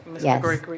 Yes